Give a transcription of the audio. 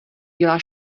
dělá